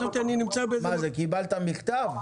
קיבלת מכתב?